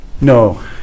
No